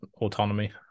autonomy